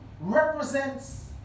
represents